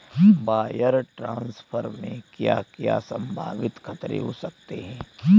Wire transfer में क्या क्या संभावित खतरे हो सकते हैं?